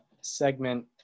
segment